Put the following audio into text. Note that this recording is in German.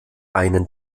einen